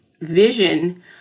vision